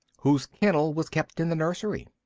whose kennel was kept in the nursery.